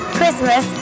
Christmas